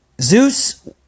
Zeus